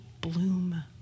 bloom